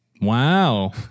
Wow